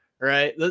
right